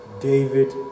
David